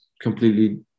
completely